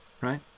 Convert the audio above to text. Right